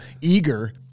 eager